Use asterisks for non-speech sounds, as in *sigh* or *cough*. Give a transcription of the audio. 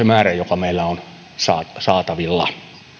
*unintelligible* määrä joka meillä on saatavilla ostaessamme alkoholia